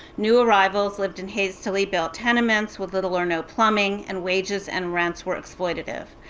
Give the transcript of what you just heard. new arrivals lived in hastily-built tenements with little or no plumbing, and wages and rents were exploitative.